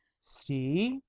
see,